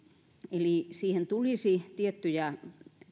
eli siihen tulisi tiettyjä